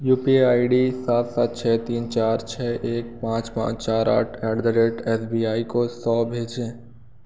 you P I I D D सात सात छः तीन चार छः एक पाँच पाँच चार आठ eight the rate S B I को सौ भेजें